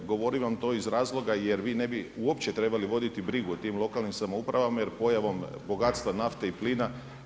Govorim vam to iz razloga, jer vi ne bi uopće trebali voditi brigu o tim lokalnim samoupravama, jer pojavom bogatstva nafte i plina.